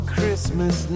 Christmas